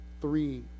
three